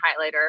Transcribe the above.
highlighter